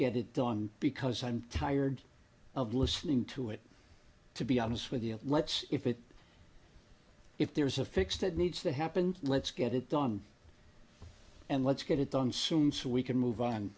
get it done because i'm tired of listening to it to be honest with you let's if it if there's a fix that needs to happen let's get it done and let's get it done soon so we can move on